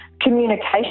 communication